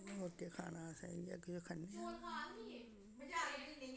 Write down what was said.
होर केह् खाना असें इ'यै किश खन्ने आं